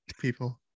people